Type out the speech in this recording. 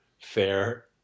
fair